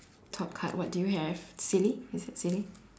top card what do you have silly is it silly